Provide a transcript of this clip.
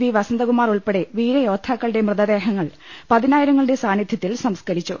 V Vasanthakumar ഉൾപ്പെടെ വീരയോ ദ്ധാക്കളുടെ മൃതദേഹങ്ങൾ പതിനായിരങ്ങളുടെ സാന്നിധ്യ ത്തിൽ സംസ്കരിച്ചു